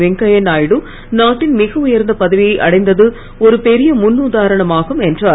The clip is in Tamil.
வெங்கய்யா நாயுடு நாட்டின் மிக உயர்ந்த பதவியை அடைந்த்து ஒரு பெரிய முன்னுதாரனமாகும் என்றார்